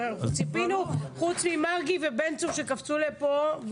ציפינו, חוץ ממרגי ובן צור שקפצו לפה,